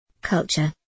Culture